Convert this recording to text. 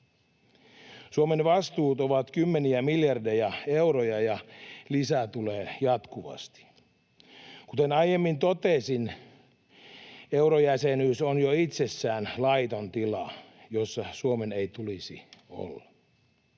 Suomen vastuut ovat kymmeniä miljardeja euroja, ja lisää tulee jatkuvasti. Kuten aiemmin totesin, eurojäsenyys on jo itsessään laiton tila, jossa Suomen ei tulisi olla.